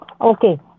Okay